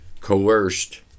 coerced